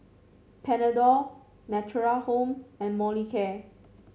Panadol Natura Home and Molicare